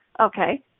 Okay